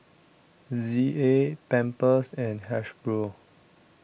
Z A Pampers and Hasbro